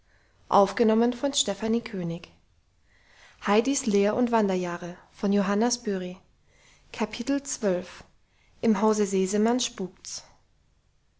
im hause sesemann